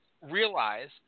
realize